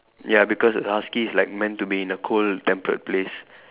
ya because the husky is like meant to be in a cold temperate place